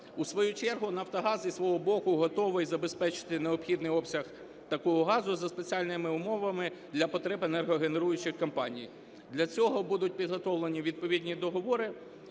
У свою чергу Нафтогаз зі свого боку готовий забезпечити необхідний обсяг такого газу за спеціальними умовами для потреб енергогенеруючих компаній. Для цього будуть підготовлені відповідні договори,